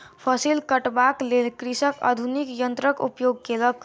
फसिल कटबाक लेल कृषक आधुनिक यन्त्रक उपयोग केलक